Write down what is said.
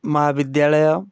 ମହାବିଦ୍ୟାଳୟ